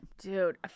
dude